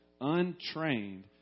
Untrained